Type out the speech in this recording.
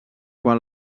quan